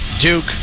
Duke